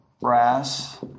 brass